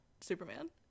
Superman